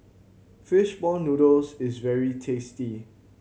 fish ball noodles is very tasty